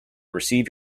receive